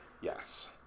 Yes